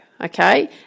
okay